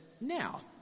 Now